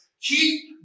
Keep